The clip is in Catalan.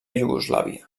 iugoslàvia